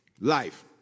life